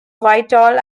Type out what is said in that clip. whitehall